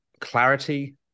clarity